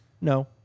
No